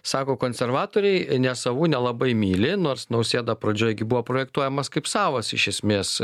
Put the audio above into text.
sako konservatoriai nesavų nelabai myli nors nausėda pradžioj gi buvo projektuojamas kaip savas iš esmės